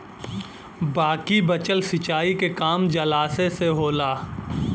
बाकी बचल सिंचाई के काम जलाशय से होला